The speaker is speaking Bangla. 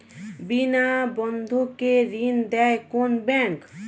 বিনা বন্ধকে ঋণ দেয় কোন ব্যাংক?